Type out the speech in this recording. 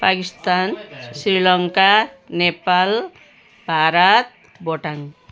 Pakistan Sri Lanka Nepal Bharat Bhutan